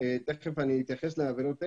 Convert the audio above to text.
ותכף אני אתייחס לעבירות האלה.